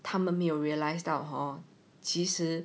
他们没有 realised 到 hor 其实